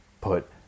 put